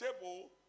table